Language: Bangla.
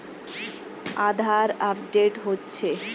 আধার আপডেট হচ্ছে?